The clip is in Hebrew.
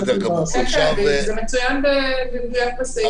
זה מצוין במדויק בסעיף.